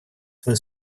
свою